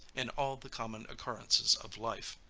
in all the common occurrences of life.